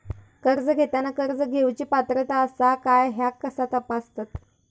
कर्ज घेताना कर्ज घेवची पात्रता आसा काय ह्या कसा तपासतात?